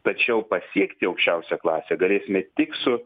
tačiau pasiekti aukščiausią klasę galėsime tik su